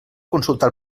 consultar